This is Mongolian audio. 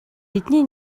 бидний